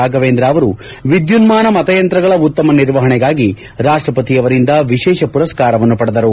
ರಾಘವೆಂದ್ರ ಅವರು ವಿದ್ಯುನ್ನಾನ ಮತಯಂತ್ರಗಳ ಉತ್ತಮ ನಿರ್ವಹಣೆಗಾಗಿ ರಾಷ್ಲಪತಿಯವರಿಂದ ವಿಶೇಷ ಪುರಸ್ತಾರವನ್ನು ಪಡೆದರು